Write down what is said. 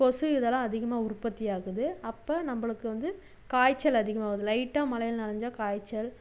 கொசு இதெல்லாம் அதிகமாக உற்பத்தி ஆகுது அப்போ நம்மளுக்கு வந்து காய்ச்சல் அதிகமாகுது லைட்டாக மழையில் நனைஞ்சா காய்ச்சல்